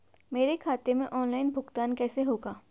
मेरे खाते में ऑनलाइन भुगतान कैसे होगा?